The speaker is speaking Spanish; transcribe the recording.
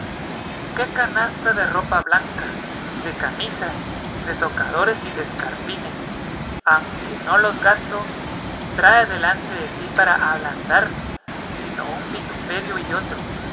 qué canasta de ropa blanca de camisas de tocadores y de escarpines anque no los gasto trae delante de sí para ablandarme sino un vituperio y otro